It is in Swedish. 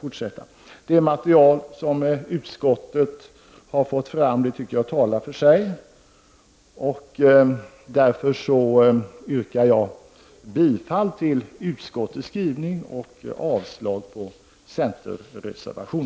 Jag tycker att det material som utskottet har fått fram talar för sig. Jag yrkar därför bifall till utskottets skrivning och avslag på centerns reservation.